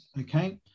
Okay